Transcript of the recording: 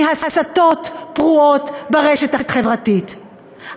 מהסתות פרועות ברשת החברתית.